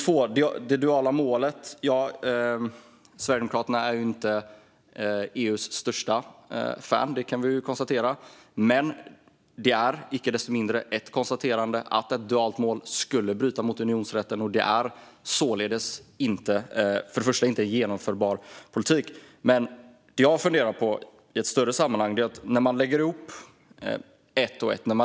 Vad gäller det duala målet är Sverigedemokraterna inte EU:s största fan. Det kan vi konstatera, men det är icke desto mindre ett konstaterande att ett dualt mål skulle bryta mot unionsrätten. Det är således inte genomförbar politik. Jag funderar på ett större sammanhang, när man lägger ihop ett plus ett.